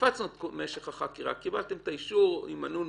קפצנו את משך החקירה וקיבלתם את האישור עם ה"נו-נו-נו-נו"